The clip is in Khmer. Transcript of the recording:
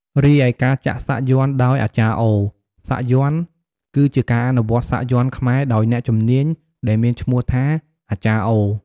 រីឯការចាក់សាក់យ័ន្តដោយ អាចារ្យអូ សាក់យ័ន្ត គឺជាការអនុវត្តន៍សាក់យ័ន្តខ្មែរដោយអ្នកជំនាញដែលមានឈ្មោះថា អាចារ្យអូ។